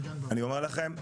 אני אומר לכם,